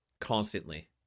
constantly